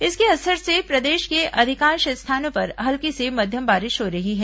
इसके असर से प्रदेश के अधिकांश स्थानों पर हल्की से मध्यम बारिश हो रही है